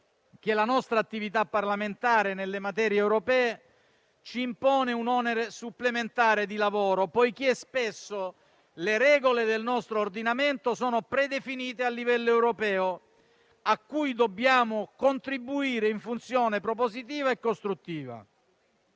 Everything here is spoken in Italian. la nostra attività parlamentare nelle materie europee ci impone un onere supplementare di lavoro poiché spesso le regole del nostro ordinamento sono predefinite a livello europeo, e noi dobbiamo contribuirvi in funzione propositiva e costruttiva.